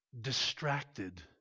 distracted